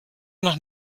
nach